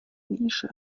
nische